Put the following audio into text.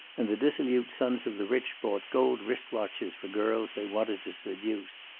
and the dissolute sons of the rich bought gold wrist-watches for girls they wanted to seduce.